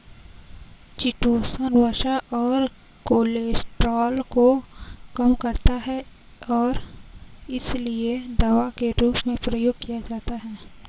chitosan वसा और cholesterol को कम करता है और इसीलिए दवा के रूप में प्रयोग किया जाता है